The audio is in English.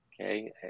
okay